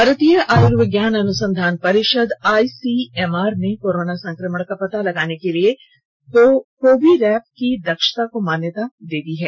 भारतीय आयुर्विज्ञान अनुसंधान परिषद आई सी एम आर ने कोरोना संक्रमण का पता लगाने के लिए कोविरैप की दक्षता को मान्याता दे दी है